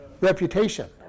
reputation